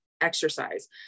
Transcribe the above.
exercise